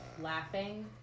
laughing